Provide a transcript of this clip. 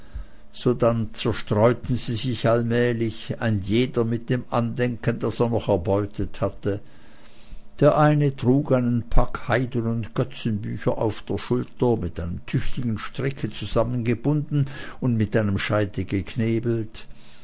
sodann zerstreuten sie sich allmählich ein jeder mit dem andenken das er noch erbeutet hatte der eine trug einen pack heiden und götzenbücher auf der schulter mit einem tüchtigen stricke zusammengebunden und mit einem scheite geknebelt